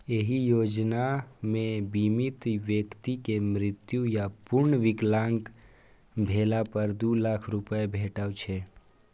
एहि योजना मे बीमित व्यक्ति के मृत्यु या पूर्ण विकलांग भेला पर दू लाख रुपैया भेटै छै